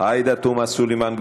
עאידה תומא סלימאן.